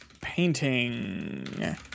Painting